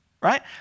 right